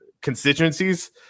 constituencies